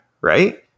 right